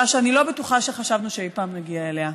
שאני לא בטוחה שחשבנו אי פעם נגיע אליה.